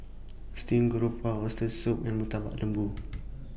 Steamed Garoupa Oxtail Soup and Murtabak Lembu